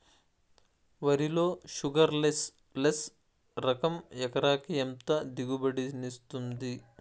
వరి లో sugarless less రకం ఎకరాకి ఎంత దిగుబడినిస్తుంది